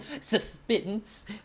suspense